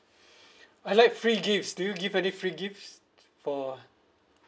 I like free gift do you give any free gift for